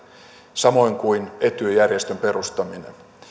samoin kuin etyj järjestön perustaminen